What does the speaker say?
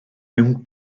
mewn